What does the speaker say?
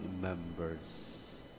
members